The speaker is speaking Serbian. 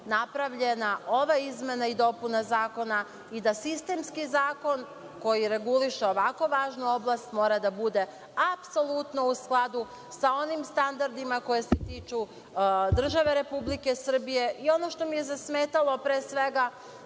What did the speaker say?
napravljena ova izmena i dopuna zakona i da sistemski zakon koji reguliše ovako važnu oblast mora da bude apsolutno u skladu sa onim standardima koji se tiču države Republike Srbije. Ono što mi je zasmetalo, pre svega,